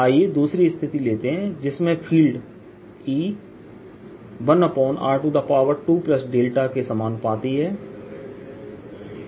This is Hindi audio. आइए दूसरी स्थिति लेते हैं जिसमें फ़ील्ड E 1r2δ के समानुपाती है